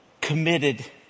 committed